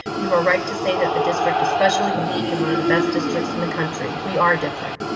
you are right to say that the district is special, unique and one of the best districts in the country. we are different,